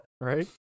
Right